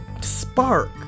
spark